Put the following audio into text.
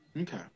Okay